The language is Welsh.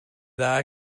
dda